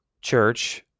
church